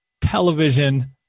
television